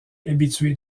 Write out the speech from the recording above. habitué